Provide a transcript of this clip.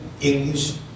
English